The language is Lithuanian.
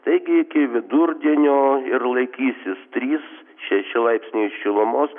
taigi iki vidurdienio ir laikysis trys šeši laipsniai šilumos